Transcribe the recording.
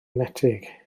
enetig